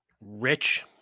rich